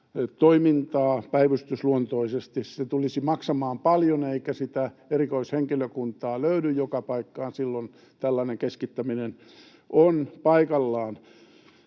toimintaa päivystysluontoisesti, se tulisi maksamaan paljon, eikä sitä erikoishenkilökuntaa löydy joka paikkaan. Silloin tällainen keskittäminen on paikallaan.